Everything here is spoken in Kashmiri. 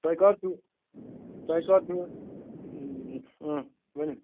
تۄہہِ کَر چھُو تۄہہِ کَر چھُو ؤنِو